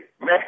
Man